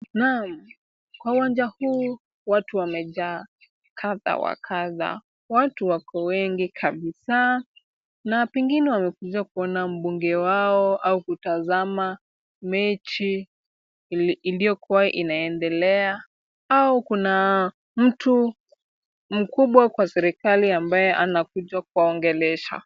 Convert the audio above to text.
Naam, kwa uwanja huu watu wamejaa kadha wa kadha. Watu wako wengi kabisa na pengine wamekuja kuona mbunge wao au kutazama mechi iliyokua inaendelea au kuna mtu mkubwa kwa serekali ambaye anakuja kuwaongelesha.